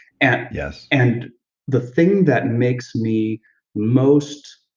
and yeah and the thing that makes me most,